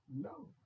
No